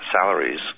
salaries